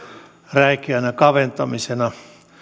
räikeänä kaventamisena